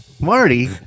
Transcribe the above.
Marty